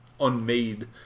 unmade